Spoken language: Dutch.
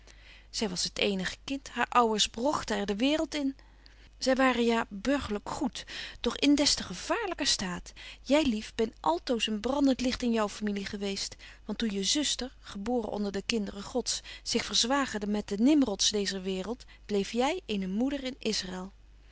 zy was t eenige kind haar ouwers brogten er de waereld in zy waren ja burgerlyk goed doch in des te gevaarlyker staat jy lief ben altoos een brandent licht in jou familie geweest want toen je zuster geboren onder de kinderen gods zich verzwagerde met de nimrods deezer waereld bleef jy eene moeder in